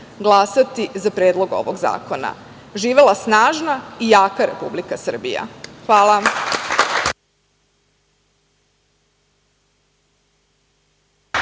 glasati za predlog ovog zakona. Živela snažna i jaka Republika Srbija. Hvala.